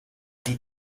die